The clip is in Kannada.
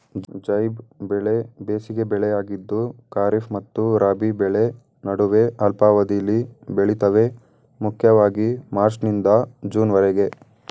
ಝೈದ್ ಬೆಳೆ ಬೇಸಿಗೆ ಬೆಳೆಯಾಗಿದ್ದು ಖಾರಿಫ್ ಮತ್ತು ರಾಬಿ ಬೆಳೆ ನಡುವೆ ಅಲ್ಪಾವಧಿಲಿ ಬೆಳಿತವೆ ಮುಖ್ಯವಾಗಿ ಮಾರ್ಚ್ನಿಂದ ಜೂನ್ವರೆಗೆ